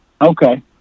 Okay